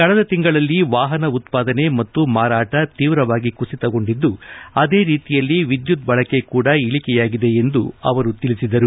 ಕಳೆದ ತಿಂಗಳಲ್ಲಿ ವಾಹನ ಉತ್ಪಾದನೆ ಮತ್ತು ಮಾರಾಟ ತೀವ್ರವಾಗಿ ಕುಸಿತಗೊಂಡಿದ್ದು ಅದೇ ರೀತಿಯಲ್ಲಿ ವಿದ್ಯುತ್ ಬಳಕೆ ಕೂಡ ಇಳಿಕೆಯಾಗಿದೆ ಎಂದು ಅವರು ತಿಳಿಸಿದರು